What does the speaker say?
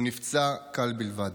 הוא נפצע קל בלבד.